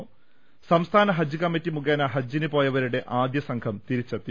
്മ് സംസ്ഥാന ഹജ്ജ് കമ്മിറ്റി മുഖേന ഹജ്ജിന് പോയവരുടെ ആദ്യ സംഘം തിരിച്ചെത്തി